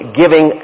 giving